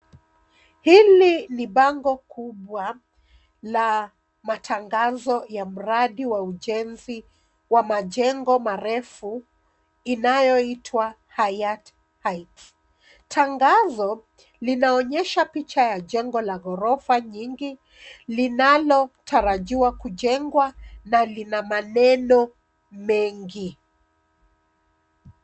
Hili ni bango kubwa la matangazo ya mradi wa ujenzi wa majengo marefu inayoitwa Hayat Heights . Tangazo linaonyesha picha ya jengo la gorofa nyingi linalotarajiwa kujengwa na lina maneno mengi.